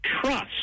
trust